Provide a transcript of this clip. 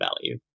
value